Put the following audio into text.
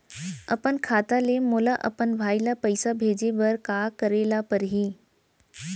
अपन खाता ले मोला अपन भाई ल पइसा भेजे बर का करे ल परही?